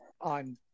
on